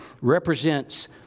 represents